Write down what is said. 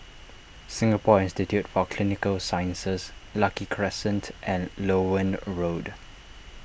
Singapore Institute for Clinical Sciences Lucky Crescent and Loewen Road